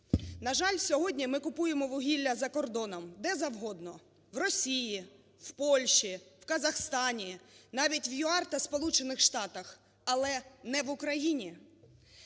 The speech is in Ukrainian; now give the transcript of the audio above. На жаль, сьогодні ми купуємо вугілля за кордоном, де завгодно, в Росії, в Польщі, в Казахстані, навіть в ЮАР та Сполучених Штатах, але не в Україні.